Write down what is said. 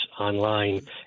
online